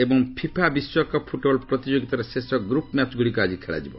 ଏବଂ ଫିଫା ବିଶ୍ୱକପ୍ ଫୁଟ୍ବଲ୍ ପ୍ରତିଯୋଗିତାର ଶେଷ ଗ୍ରୁପ୍ ମ୍ୟାଚ୍ଗୁଡ଼ିକ ଆଜି ଖେଳାଯିବ